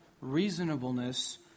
reasonableness